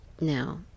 Now